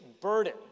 burden